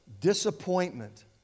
disappointment